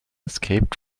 escaped